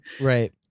Right